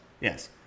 Yes